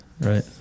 right